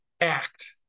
act